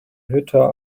hütte